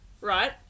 right